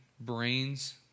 brains